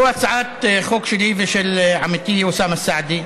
זו הצעת חוק שלי ושל עמיתי אוסאמה סעדי,